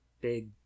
big